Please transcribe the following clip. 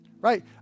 Right